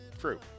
True